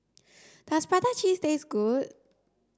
does prata cheese taste good